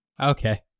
Okay